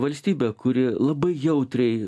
valstybę kuri labai jautriai